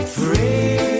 free